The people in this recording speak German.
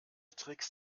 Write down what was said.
tricks